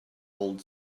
old